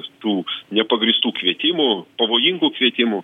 tų nepagrįstų kvietimų pavojingų kvietimų